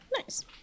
Nice